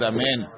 Amen